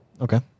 Okay